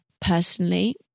personally